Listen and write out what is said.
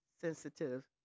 sensitive